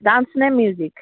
dance নে music